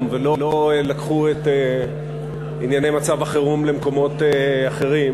ולא לקחו את ענייני מצב החירום למקומות אחרים,